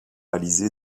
réalisé